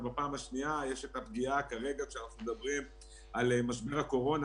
ובפעם השנייה יש את הפגיעה של משבר הקורונה.